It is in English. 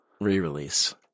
re-release